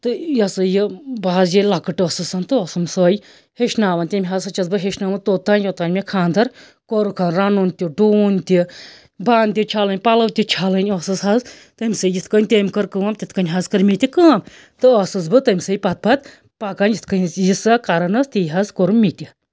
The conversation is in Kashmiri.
تہٕ یہِ ہَسا یہِ بہٕ حظ ییٚلہِ لۄکٕٹۍ ٲسسَن تہٕ ٲسٕم سوے ہیٚچھناوان تٔمۍ ہَسا چھَس بہٕ ہیٚچھنٲومٕژ توٚتام یوٚتام مےٚ خاندر کوٚرُکھ رَنُن تہِ ڈُوُن تہِ بانہٕ تہِ چھَلٕنۍ پَلَو تہِ چھَلٕنۍ ٲسس حظ تٔمۍسٕے یِتھ کٔنۍ تٔمۍ کٔر کٲم تِتھ کٔنۍ حظ کٔر مےٚ تہِ کٲم تہٕ ٲسٕس بہٕ تٔمۍ سٕے پَتہٕ پَتہٕ پَکان یِتھ کٔنۍ أسۍ یہِ سۄ کران ٲس تی حظ کوٚر مےٚ تہِ